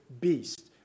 beast